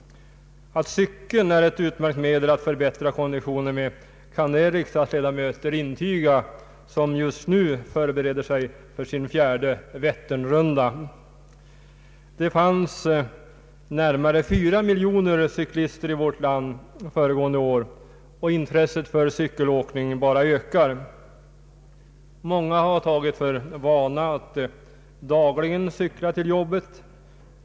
Att cykeln är ett utmärkt medel att förbättra konditionen kan de riksdagsledamöter intyga som just nu förbereder sig för sin fjärde Vätternrunda. Det fanns närmare fyra miljoner cyklister i vårt land föregående år, och intresset för cykelåkningen bara ökar. Många har tagit för vana att dagligen cykla till jobbet.